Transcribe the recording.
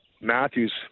Matthews